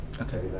Okay